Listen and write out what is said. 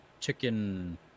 Chicken